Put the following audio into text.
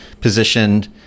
positioned